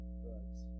drugs